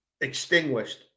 extinguished